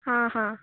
आं हां